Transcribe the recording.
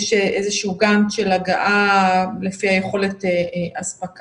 יש איזה שהוא גאנט של הגעה לפי יכולת האספקה,